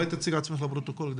אני